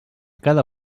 cada